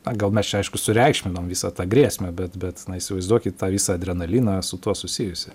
na gal mes čia aišku sureikšminom visą tą grėsmę bet bet įsivaizduokit tą visą adrenaliną su tuo susijusį